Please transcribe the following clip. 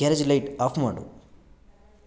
garage light off ಮಾಡು